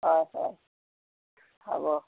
হয় হয় হ'ব